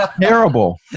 terrible